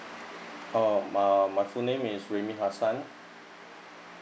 oh my full name is rehmi hassan